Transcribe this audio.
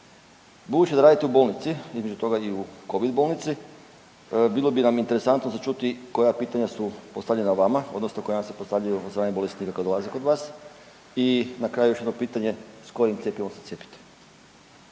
Budući da radite u bolnici, između toga i Covid bolnici, bilo bi nam interesantno za čuti koja pitanja su postavljena vama odnosno koja se postavljaju od samih bolesnika koji dolaze kod vas i na kraju, još jedno pitanje, s kojim cjepivom se cijepiti?